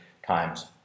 times